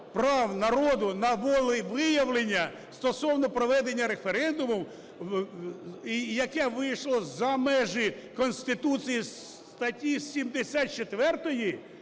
прав народу на волевиявлення стосовно проведення референдуму і яке вийшло за межі Конституції статті 74,